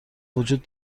وجود